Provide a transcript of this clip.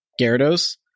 Gyarados